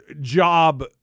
job